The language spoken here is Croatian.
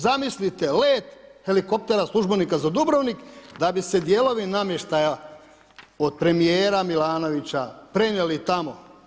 Zamislite, let helikoptera službenika za Dubrovnik da bi se dijelovi namještaja od premijera Milanovića prenijeli tamo.